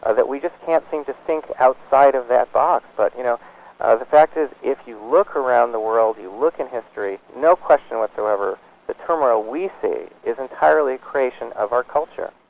ah that we just can't seem to think outside of that box. but you know ah the fact is if you look around the world, you look in history, no question whatsoever the turmoil we see is entirely a creation of our culture.